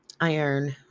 iron